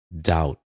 doubt